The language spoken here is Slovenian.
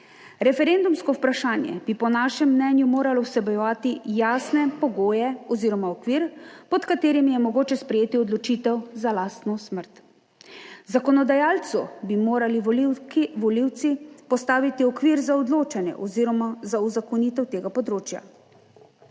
Referendumsko vprašanje bi po našem mnenju moralo vsebovati jasne pogoje oziroma okvir, pod katerimi je mogoče sprejeti odločitev za lastno smrt. Zakonodajalcu bi morali volivci postaviti okvir za odločanje oziroma za uzakonitev tega področja.